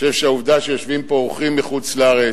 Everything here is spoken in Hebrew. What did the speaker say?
אני חושב שהעובדה שיושבים פה אורחים מחוץ-לארץ,